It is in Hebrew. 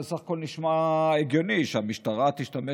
זה בסך הכול נשמע הגיוני שהמשטרה תשתמש